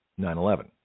9/11